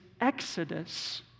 exodus